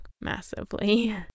massively